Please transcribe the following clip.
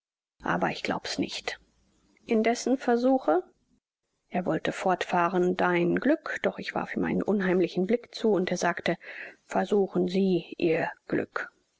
aber ich glaub's nicht indessen versuche er wollte fortfahren dein glück doch ich warf ihm einen unheimlichen blick zu und er sagte versuchen sie ihr glück